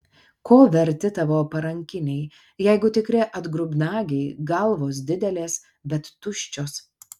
ko verti tavo parankiniai jeigu tikri atgrubnagiai galvos didelės bet tuščios